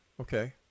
Okay